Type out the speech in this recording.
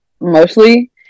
mostly